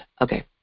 Okay